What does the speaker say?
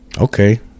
Okay